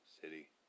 city